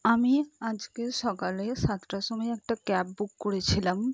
আমি আজকে সকালে সাতটার সময় একটা ক্যাব বুক করেছিলাম